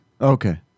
okay